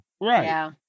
Right